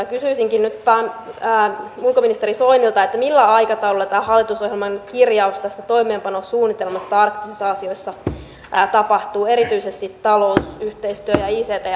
ja kysyisinkin nyt ulkoministeri soinilta millä aikataululla tämä hallitusohjelman kirjaus tästä toimeenpanosuunnitelmasta arktisissa asioissa tapahtuu erityisesti talous yhteistyö ja ict asioissa